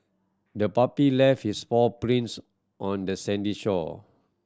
the puppy left its paw prints on the sandy shore